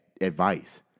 advice